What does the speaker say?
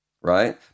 right